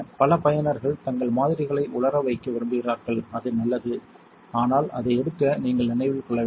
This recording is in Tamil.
பல பயனர்கள் தங்கள் மாதிரிகளை உலர வைக்க விரும்புகிறார்கள் அது நல்லது ஆனால் அதை எடுக்க நீங்கள் நினைவில் கொள்ள வேண்டும்